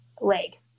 leg